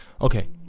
Okay